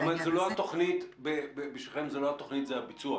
זאת אומרת, בשבילכם, זה לא התוכנית זה הביצוע.